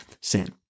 sin